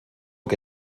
que